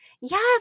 Yes